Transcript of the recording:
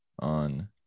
on